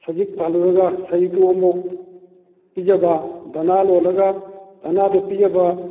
ꯁꯖꯤꯛ ꯐꯥꯜꯂꯨꯔꯒ ꯁꯖꯤꯛꯇꯣ ꯑꯃꯨꯛ ꯄꯤꯖꯕ ꯗꯅꯥ ꯂꯣꯜꯂꯒ ꯗꯅꯥꯗꯨ ꯄꯤꯖꯕ